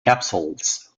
capsules